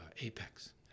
Apex